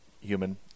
human